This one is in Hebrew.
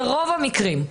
זה רוב המקרים.